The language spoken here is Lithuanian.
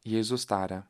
jėzus taria